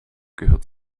gehört